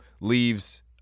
leaves